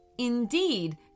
Indeed